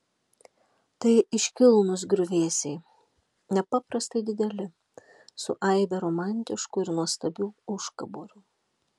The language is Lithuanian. tai iškilnūs griuvėsiai nepaprastai dideli su aibe romantiškų ir nuostabių užkaborių